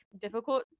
difficult